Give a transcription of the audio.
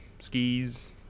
skis